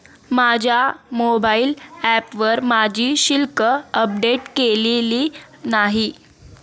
माझ्या मोबाइल ऍपवर माझी शिल्लक अपडेट केलेली नाही